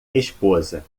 esposa